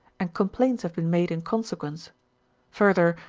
and complaints have been made in consequence further,